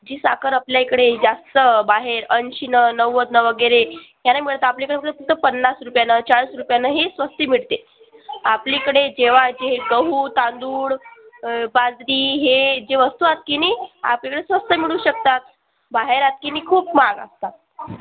जी साखर आपल्या इकडे जास्त बाहेर ऐंशी न नव्वदनं वगैरे घ्यायला मिळते आपल्याकडे फक्त पन्नास रुपयानं चाळीस रुपयानंही स्वस्त मिळते आपलीकडे जेव्हा जे हे गहू तांदूळ बाजरी हे जे वस्तू आत की नाही आपल्याला स्वस्त मिळू शकतात बाहेर आत की नाही खूप महाग असतात